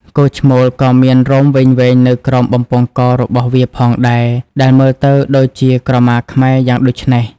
គោឈ្មោលក៏មានរោមវែងៗនៅក្រោមបំពង់ករបស់វាផងដែរ ដែលមើលទៅដូចជាក្រមាខ្មែរយ៉ាងដូច្នេះ។